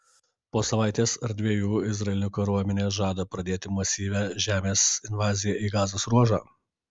po savaitės ar dviejų izraelio kariuomenė žada pradėti masyvią žemės invaziją į gazos ruožą